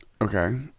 Okay